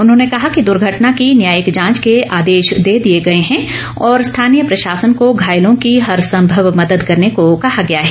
उन्होंने कहा कि दूर्घटना की न्यायिक जांच के आदेश दे दिए गए हैं और स्थानीय प्रशासन को घायलों की हर संभव मदद करने को कहा गया है